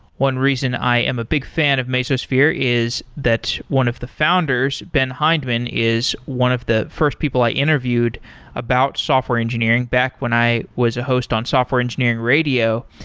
one reason i am a big fan of mesosphere is that one of the founders, ben hindman, is one of the first people i interviewed about software engineering back when i was a host on software engineering radio,